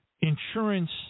insurance